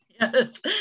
Yes